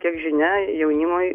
kiek žinia jaunimui